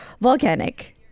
volcanic